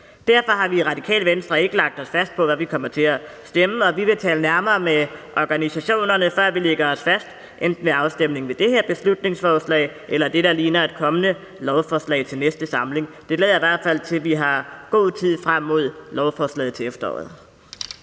Derfor har vi i Radikale Venstre ikke lagt os fast på, hvad vi kommer til at stemme, og vi vil tale nærmere med organisationerne, før vi lægger os fast på noget, enten ved afstemningen ved det her beslutningsforslag eller ved det, der ligner et kommende lovforslag til næste samling. Det lader i hvert fald til, at vi har god tid frem mod lovforslaget til efteråret.